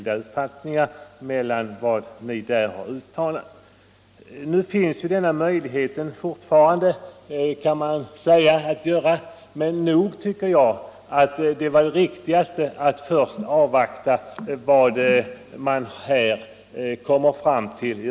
Det föreligger alltså vitt skilda uppfattningar härom. Nog anser jag att det riktigaste är att avvakta vad utredningen kommer fram till.